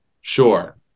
Sure